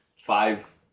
five